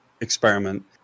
experiment